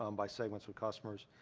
um by segments of customers.